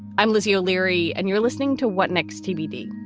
i'm lizzie o'leary, and you're listening to what next, tbd,